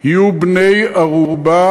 יהיו בני-ערובה